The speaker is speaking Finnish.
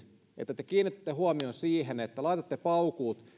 että te kiinnitätte huomion siihen että laitatte paukut